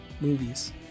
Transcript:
movies